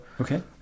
Okay